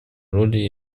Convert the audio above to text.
роли